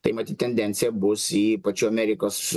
tai matyt tendencija bus ypač amerikos